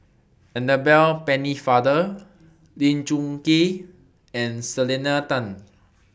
Annabel Pennefather Lee Choon Kee and Selena Tan